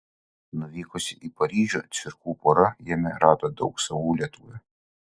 nuvykusi į paryžių cvirkų pora jame rado daug savų lietuvių